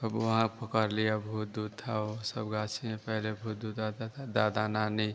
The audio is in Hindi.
अब वहाँ पकड़ लिया भूत ऊत थे वो भी सब गाची में पहले भूत ऊत आता था दादा नानी